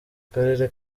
karere